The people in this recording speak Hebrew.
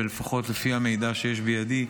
ולפחות לפי המידע שיש בידי,